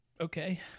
Okay